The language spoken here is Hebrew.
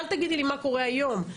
אל תגידי לי מה קורה היום,